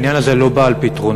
העניין הזה לא בא על פתרונו.